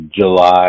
July